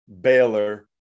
Baylor